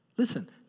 listen